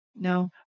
No